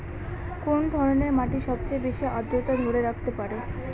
কোন ধরনের মাটি সবচেয়ে বেশি আর্দ্রতা ধরে রাখতে পারে?